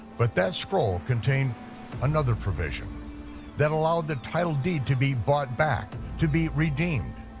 but that scroll contained another provision that allowed the title deed to be bought back, to be redeemed.